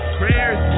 prayers